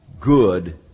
good